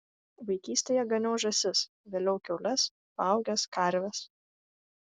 vaikystėje ganiau žąsis vėliau kiaules paaugęs karves